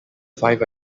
five